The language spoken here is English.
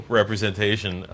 representation